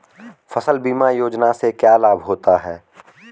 फसल बीमा योजना से क्या लाभ होता है?